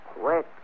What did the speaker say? Wait